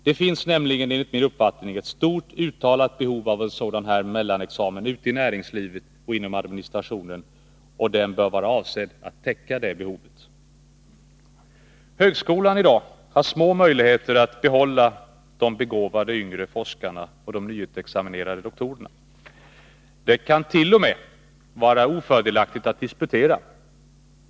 Det finns nämligen enligt min uppfattning ett stort uttalat behov av en sådan här mellanexamen ute i näringslivet och inom administrationen, och den bör vara avsedd att täcka det behovet. Högskolan har i dag små möjligheter att behålla de begåvade yngre forskarna och de nyutexaminerade doktorerna. Det kan t.o.m. vara ofördelaktigt att disputera.